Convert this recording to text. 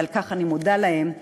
ועל כך אני מודה להן.